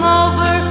over